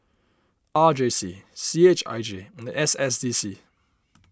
R J C C H I J and S S C C